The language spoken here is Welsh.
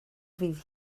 fydd